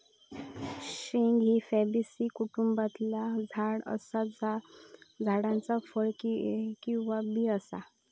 शेंग ही फॅबेसी कुटुंबातला झाड असा ता झाडाचा फळ किंवा बी असा